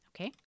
okay